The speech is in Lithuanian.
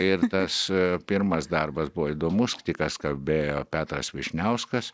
ir tas pirmas darbas buvo įdomus tik ką skambėjo petras vyšniauskas